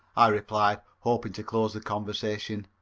i replied, hoping to close the conversation.